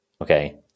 okay